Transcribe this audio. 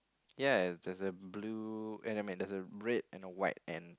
ya there's a blue eh no I mean there's a red and a white ant